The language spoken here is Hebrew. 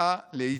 וכניעה להיטלר."